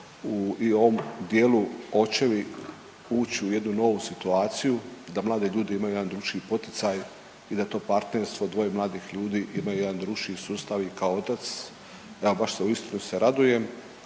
u ovom dijelu očevi ući u jednu novu situaciju da mlade ljudi imaju jedan drukčiji poticaj i da je to partnerstvo dvoje mladih ljudi, imaju jedan drukčiji sustav i kao otac, evo baš se uistinu se radujem,